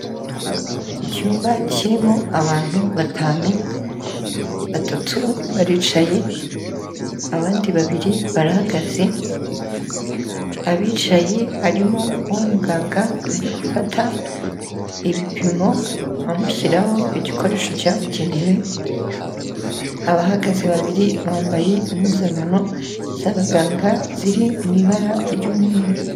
Icyumba kirimo abantu batanu, batatu baricaye abandi babiri barahagaze, abicaye harimo uwo muganga ari gufata ibipimo amushyiraho igikoresho cyabugenewe, abahagaze babiri bambaye impuzankano z'abaganga ziri mu ibara ry'umweru.